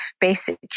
Basic